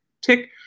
tick